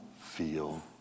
feel